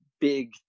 big